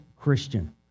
Christian